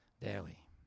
daily